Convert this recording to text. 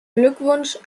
glückwunsch